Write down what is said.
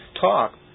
talk